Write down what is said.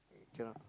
cannot